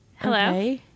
hello